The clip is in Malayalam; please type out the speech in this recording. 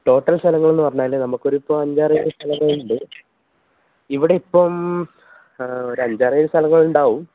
ടോട്ടല് സലങ്ങളെന്ന് പറഞ്ഞാൽ നമുക്കൊരു ഇപ്പം അഞ്ചാറ് സ്ഥലങ്ങളുണ്ട് ഇവിടെ ഇപ്പം ഒരഞ്ചാറ് സ്ഥലങ്ങളുണ്ടാവും